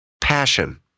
Passion